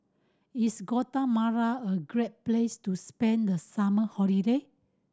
is Guatemala a great place to spend the summer holiday